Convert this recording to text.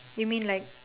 you mean like